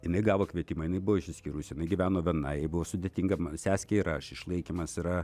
jinai gavo kvietimą jinai buvo išsiskyrusi jinai gyveno vienai jai buvo sudėtinga seskė ir aš išlaikymas yra